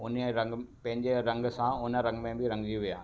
उनजे रंग पंहिंजे रंग सां हुन रंग में बि रंगिजी विया